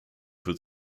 für